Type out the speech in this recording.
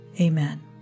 Amen